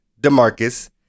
Demarcus